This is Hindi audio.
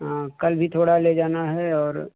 हाँ कल भी थोड़ा ले जाना है और